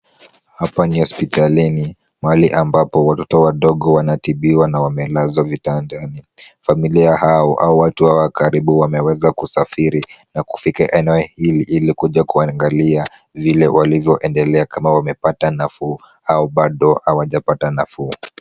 Hapa ni hospitalini. Mahali ambapo watoto wadogo wanatibiwa na wamelazwa vitandani. Familia ya hao au watu hawa karibu wameweza kusafiri na kufika eneo hili ili kuja kuangalia vile walivyoendelea kama wamepata nafuu au bado hawajapata nafuu.